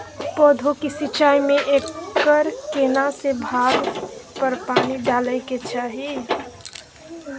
पौधों की सिंचाई में एकर केना से भाग पर पानी डालय के चाही?